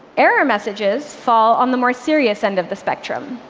error messages fall on the more serious end of the spectrum.